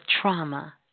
trauma